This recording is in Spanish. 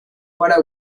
para